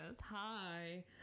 Hi